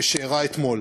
שאירע אתמול.